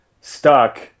stuck